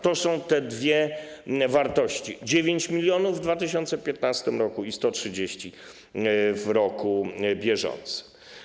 To są te dwie wartości: 9 mln w 2015 r. i 130 mln w roku bieżącym.